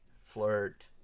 flirt